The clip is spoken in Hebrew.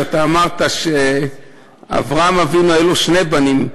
שאמרת שלאברהם אבינו היו שני בנים,